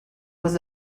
was